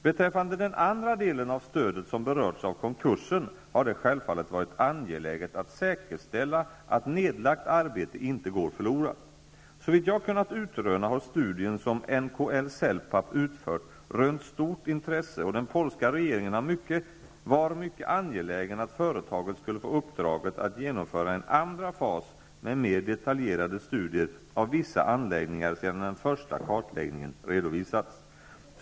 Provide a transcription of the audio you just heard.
Beträffande den andra delen av stödet som berörts av konkursen har det självfallet varit angeläget att säkerställa att nedlagt arbete inte går förlorat. Såvitt jag har kunnat utröna har studien som NKL Celpap utfört rönt stort intresse, och den polska regeringen var mycket angelägen om att företaget skulle få uppdraget att genomföra en andra fas med mer detaljerade studier av vissa anläggningar sedan den första kartläggningen redovisats.